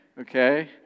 Okay